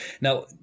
Now